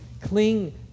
cling